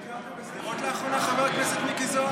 ביקרת בשדרות לאחרונה, חבר הכנסת מיקי זוהר?